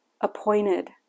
appointed